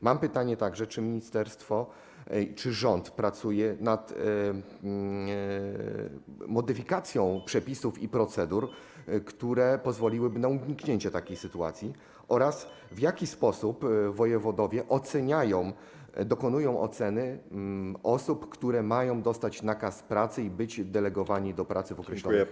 Mam także pytanie, czy ministerstwo, czy rząd pracuje nad modyfikacją przepisów i procedur, które pozwoliłyby na uniknięcie takich sytuacji, oraz w jaki sposób wojewodowie oceniają, dokonują oceny osób, które mają dostać nakaz pracy i być delegowane do pracy w określonych miejscach.